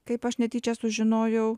kaip aš netyčia sužinojau